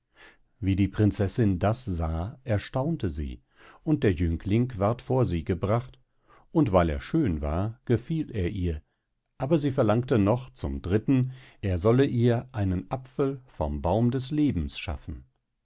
wie die prinzessin das sah erstaunte sie und der jüngling ward vor sie gebracht und weil er schön war gefiel er ihr aber sie verlangte noch zum dritten er solle ihr einen apfel vom baum des lebens schaffen